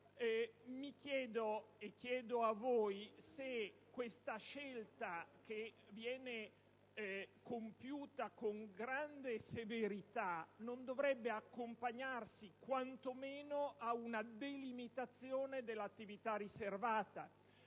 Mi chiedo, e chiedo a voi, se questa scelta, che viene compiuta con grande severità, non dovrebbe accompagnarsi quantomeno ad una delimitazione dell'attività di